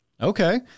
Okay